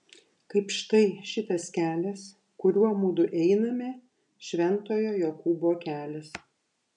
kaip štai šitas kelias kuriuo mudu einame šventojo jokūbo kelias